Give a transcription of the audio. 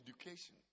education